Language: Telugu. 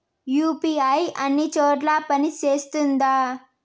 యు.పి.ఐ అన్ని చోట్ల పని సేస్తుందా?